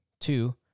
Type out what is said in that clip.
two